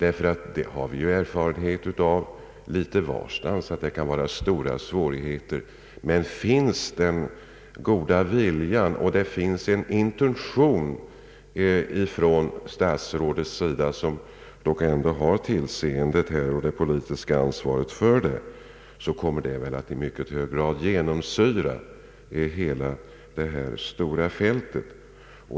Vi har ju erfarenheter litet varstans av att det kan förekomma stora svårigheter, men finns den goda viljan och finns det en intention hos herr statsrådet — som ändå har tillseendet och det politiska ansvaret i detta sammanhang — kommer väl detta att i mycket hög grad genomsyra hela arbetet på detta stora fält.